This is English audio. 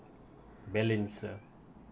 balance uh